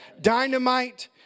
dynamite